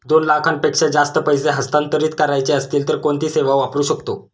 दोन लाखांपेक्षा जास्त पैसे हस्तांतरित करायचे असतील तर कोणती सेवा वापरू शकतो?